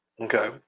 Okay